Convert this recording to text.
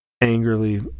Angrily